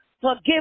Forgive